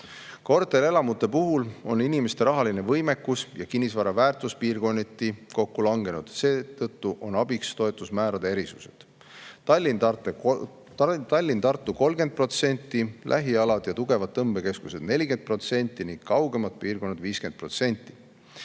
Korterelamute puhul on inimeste rahaline võimekus ja kinnisvara väärtus piirkonniti kokku langenud. Seetõttu on abiks toetusmäärade erisused: Tallinn ja Tartu 30%, nende lähialad ja tugevad tõmbekeskused 40% ning kaugemad piirkonnad 50%.